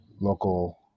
local